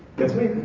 that's me.